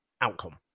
outcome